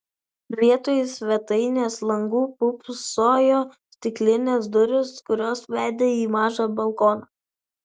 vietoj svetainės langų pūpsojo stiklinės durys kurios vedė į mažą balkoną